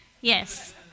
Yes